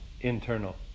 internal